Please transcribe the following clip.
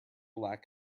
lack